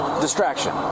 distraction